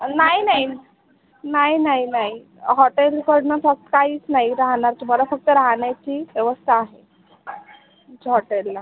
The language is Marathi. नाही नाही नाही नाही नाही हॉटेलकडून फ काहीच नाही राहणार तुम्हाला फक्त राहण्याची व्यवस्था आमच्या हॉटेलला